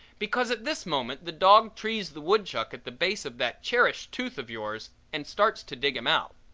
because at this moment the dog trees the woodchuck at the base of that cherished tooth of yours and starts to dig him out.